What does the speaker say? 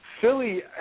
Philly